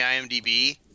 imdb